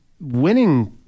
winning